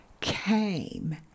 came